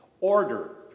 Order